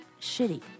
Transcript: shitty